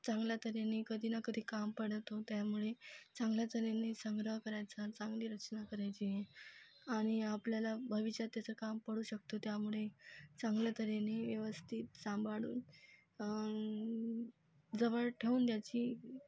चांगल्या तऱ्हेनं कधी न कधी काम पडतो त्यामुळे चांगल्या तऱ्हेनं संग्रह करायचा चांगली रचना करायची आणि आपल्याला भविष्यात त्याचं काम पडू शकतो त्यामुळे चांगल्या तऱ्हेनं व्यवस्थित सांभाळून जवळ ठेवून द्यायची